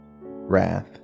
wrath